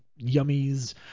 yummies